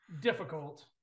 difficult